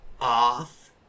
off